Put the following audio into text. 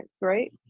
right